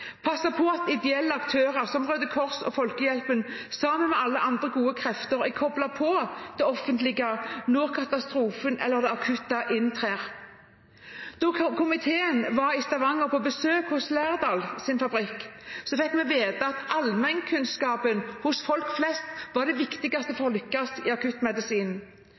på at ideelle aktører som Røde Kors og Folkehjelpen sammen med alle andre gode krefter er koblet på det offentlige når katastrofen eller det akutte inntreffer. Da komiteen var i Stavanger på besøk hos Lærdals fabrikk, fikk vi vite at allmennkunnskapen hos folk flest var det viktigste for å lykkes i